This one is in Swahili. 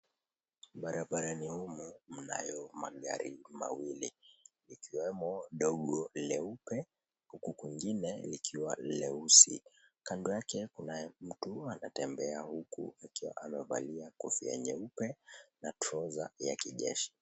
Barabarani humu mnayo magari mawili ikiwemo dogo leupe lengine likiwa leusi kando yake kunaye mtu anatembea huku akiwa amevalia kofia nyeupe na trouser ya kijeshi.